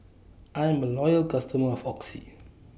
I'm A Loyal customer of Oxy